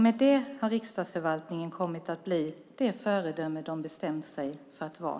Med det har riksdagsförvaltningen kommit att bli det föredöme den har bestämt sig för att vara.